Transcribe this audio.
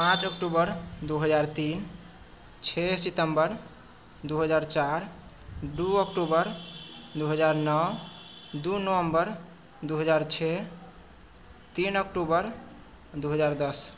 पाँच अक्टूबर दू हजार तीन छओ सितम्बर दू हजार चारि दू अक्टूबर दू हजार नओ दू नवम्बर दू हजार छओ तीन अक्टूबर दू हजार दस